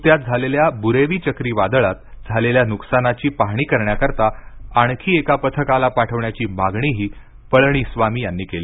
नुकत्याच झालेल्या बुरेवी चक्रीवादळात झालेल्या नुकसानीची पाहणी करण्याकरिता आणखी एका पथकाला पाठवण्याची मागणीही पालनस्वामी यांनी केली